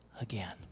again